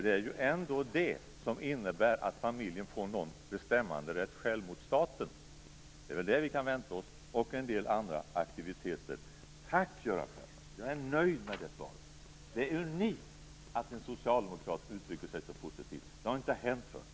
Det är ändå det som innebär att familjen får någon bestämmanderätt själv gentemot staten. Det är tydligen det, och en del andra aktiviteter, vi kan vänta oss. Tack, Göran Persson! Jag är nöjd med det svaret. Det är unikt att en socialdemokrat uttrycker sig så positivt om detta. Det har inte hänt förr.